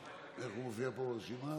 איך הוא מופיע פה ברשימה?